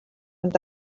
and